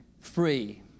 Free